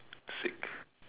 sick